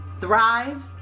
thrive